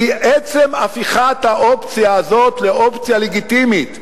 כי עצם הפיכת האופציה הזאת לאופציה לגיטימית,